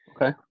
okay